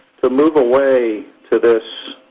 to move away to this